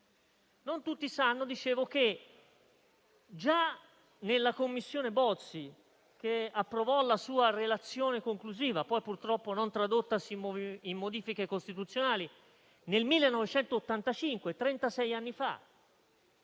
non tutti lo sanno) che già nella Commissione Bozzi, che approvò la sua relazione conclusiva (poi purtroppo non tradottasi in modifiche costituzionali) nel 1985, trentasei anni fa,